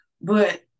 but-